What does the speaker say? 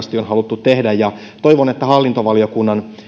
asti on on haluttu tehdä ja toivon että hallintovaliokunnan